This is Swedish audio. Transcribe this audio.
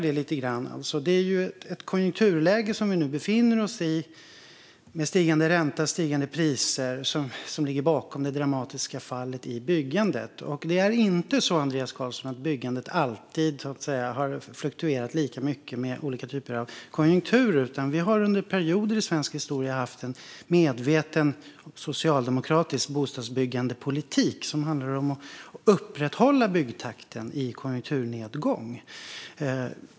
Det är ju det konjunkturläge som vi nu befinner oss i, med stigande räntor och stigande priser, som ligger bakom det dramatiska fallet i byggandet. Det är inte så, Andreas Carlson, att byggandet alltid har fluktuerat i takt med olika konjunkturer. Sverige har under perioder haft en medveten socialdemokratisk bostadsbyggandepolitik. Den handlar om att upprätthålla byggtakten i konjunkturnedgång.